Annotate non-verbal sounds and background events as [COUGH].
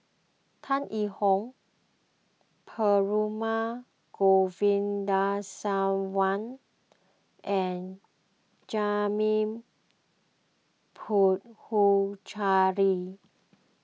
Tan Yee Hong Perumal [UNINTELLIGIBLE] and [UNINTELLIGIBLE] Puthucheary